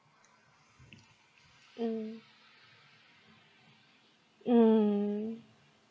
mm mm